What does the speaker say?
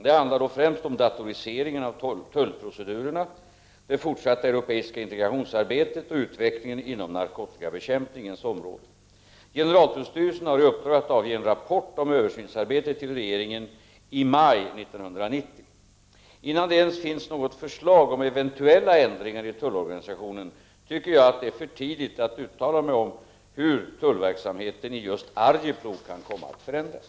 Det handlar då främst om datoriseringen av tullprocedurerna, det fortsatta europeiska integrationsarbetet och utvecklingen inom narkotikabekämpningens område. Generaltullstyrelsen har i uppdrag att avge en rapport om översynsarbetet till regeringen under maj 1990. Innan det ens finns något förslag om eventuella ändringar i tullorganisationen tycker jag att det är för tidigt att uttala mig om hur tullverksamheten i just Arjeplog kan komma att förändras.